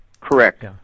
Correct